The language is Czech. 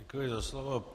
Děkuji za slovo.